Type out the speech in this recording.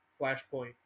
Flashpoint